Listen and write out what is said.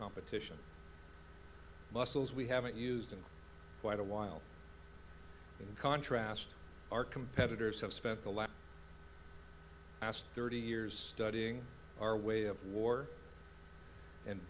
competition muscles we haven't used in quite a while in contrast our competitors have spent the last last thirty years studying our way of war and